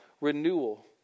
renewal